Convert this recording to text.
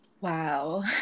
Wow